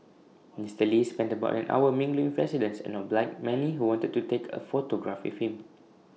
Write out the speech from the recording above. Mister lee spent about an hour mingling residents and obliged many who wanted to take A photograph with him